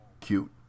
cute